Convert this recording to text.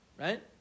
right